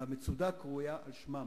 והמצודה קרויה על שמם,